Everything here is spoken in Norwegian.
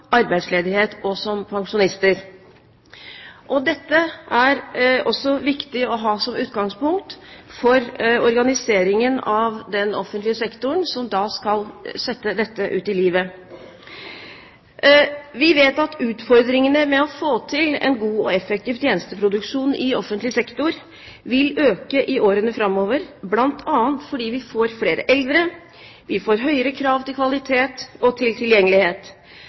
arbeidsledighet og som pensjonister. Dette er også viktig å ha som utgangspunkt for organiseringen av den offentlige sektoren, som skal sette dette ut i livet. Vi vet at utfordringene med å få til en god og effektiv tjenesteproduksjon i offentlig sektor vil øke i årene framover, bl.a. fordi vi får flere eldre, vi får høyere krav til kvalitet og til tilgjengelighet.